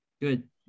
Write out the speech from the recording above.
Good